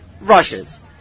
rushes